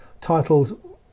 titled